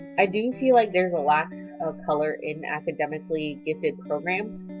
i do feel like there's a lack of color in academically gifted programs.